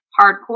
hardcore